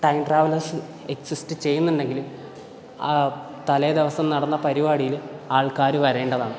time travellers exist ചെയ്യുന്നുണ്ടെങ്കിൽ ആ തലേ ദിവസം നടന്ന പരിപാടീല് ആൾക്കാർ വരേണ്ടതാണ്